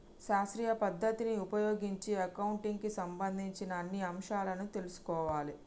శాస్త్రీయ పద్ధతిని ఉపయోగించి అకౌంటింగ్ కి సంబంధించిన అన్ని అంశాలను తెల్సుకోవాలే